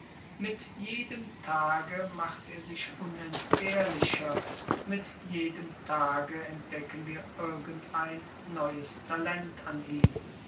mit jedem tage macht er sich unentbehrlicher mit jedem tage entdecken wir irgendein neues talent an ihm